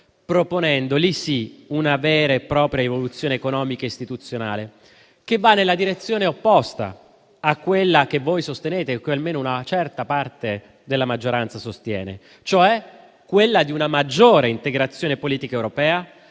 proponendo, lì sì, una vera e propria evoluzione economica istituzionale che va nella direzione opposta a quella che voi sostenete o che almeno una certa parte della maggioranza sostiene, cioè di una maggiore integrazione politica europea